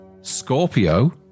Scorpio